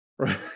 right